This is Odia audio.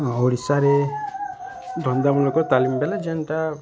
ଓଡ଼ିଶାରେ ଧନ୍ଦାମୂଳକ ତାଲିମ୍ ବୋଇଲେ ଯେନ୍ତା